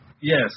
Yes